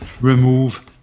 remove